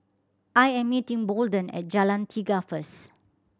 I am meeting Bolden at Jalan Tiga first